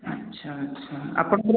ଆଚ୍ଛା ଆଚ୍ଛା ଆପଣଙ୍କର